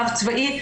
רב צבאי,